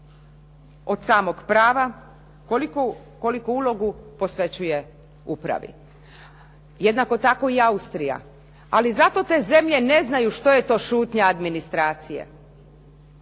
od samog prava, koliku ulogu posvećuje upravi. Jednako tako i Austrija. Ali zato te zemlje ne znaju što je to šutnja administracije.